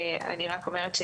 אני רק אומרת,